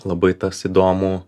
labai tas įdomu